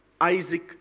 Isaac